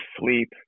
sleep